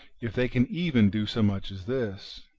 if they can even do so much as this.